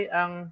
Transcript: ang